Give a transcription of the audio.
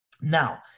Now